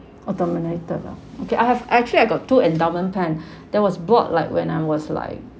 oh terminated lah okay I have actually I got two endowment plan that was bought like when I was like